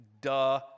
duh